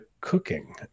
cooking